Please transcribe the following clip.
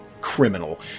criminal